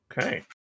Okay